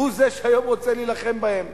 הוא שהיום רוצה להילחם בהם.